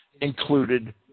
included